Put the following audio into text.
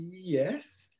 Yes